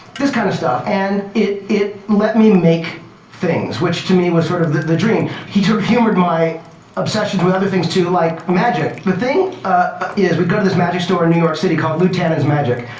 this kind of stuff. and it it let me make things, which to me, was sort of the dream. he sort of humored my obsessions with other things, too, like magic. the thing is we'd go to his magic store in new york city called lou tannen's magic.